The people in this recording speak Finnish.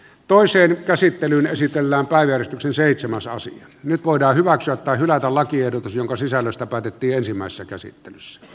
toiseen käsittelyyn esitellään kaiken sen seitsemäsosa nyt voidaan hyväksyä tai hylätä lakiehdotus jonka sisällöstä päätettiin ensimmäisessä käsittelyssä